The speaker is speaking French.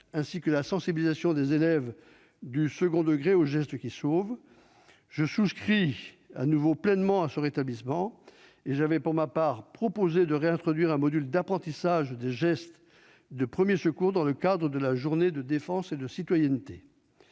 ainsi que la sensibilisation des élèves du second degré aux gestes qui sauvent. Je souscris pleinement à ce rétablissement ; j'avais, pour ma part, proposé de réintroduire un module d'apprentissage des gestes de premiers secours dans le cadre de la journée défense et citoyenneté.